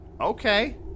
Okay